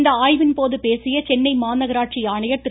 இந்த ஆய்வின் போது பேசிய சென்னை மாநகராட்சி ஆணையர் திரு